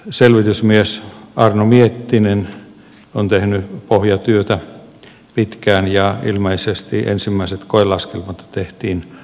selvitysmies arno miettinen on tehnyt pohjatyötä pitkään ja ilmeisesti ensimmäiset koelaskelmat tehtiin lokakuun alkupuolella